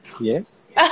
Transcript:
Yes